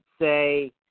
say